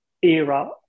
Era